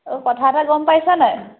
অ' কথা এটা গম পাইছে নাই